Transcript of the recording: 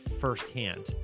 firsthand